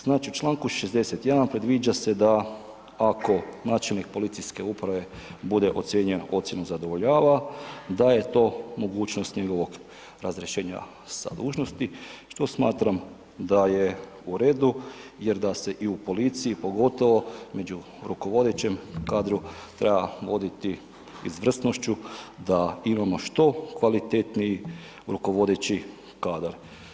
Znači, u čl. 61. predviđa se da ako načelnik policijske uprave bude ocijenjen ocjenom zadovoljava da je to mogućnost njegovog razrješenja sa dužnosti, što smatram da je u redu jer da se i u policiji, pogotovo među rukovodećem kadru treba voditi izvrsnošću da imamo što kvalitetniji rukovodeći kadar.